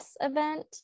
event